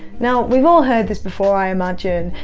now we've all heard this before, i imagine,